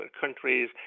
countries